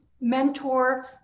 mentor